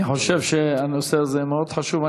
אני חושב שהנושא הזה מאוד חשוב.